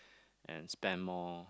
and spend more